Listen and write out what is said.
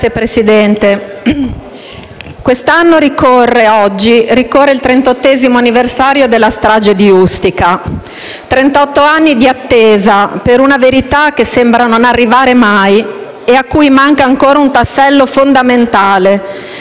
Signor Presidente, oggi ricorre il trentottesimo anniversario della strage di Ustica. Trentotto anni di attesa per una verità che sembra non arrivare mai e a cui manca ancora un tassello fondamentale: